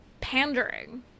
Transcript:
pandering